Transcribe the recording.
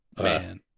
Man